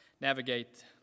navigate